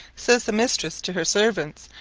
says the mistress to her servants,